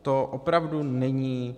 To opravdu není...